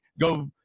go